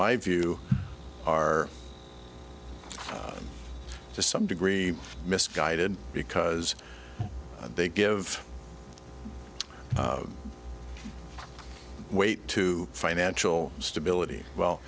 my view are to some degree misguided because they give weight to financial stability well